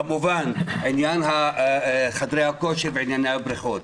כמובן, עניין חדרי הכושר ועניין הבריכות.